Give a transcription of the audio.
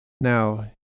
Now